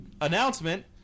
announcement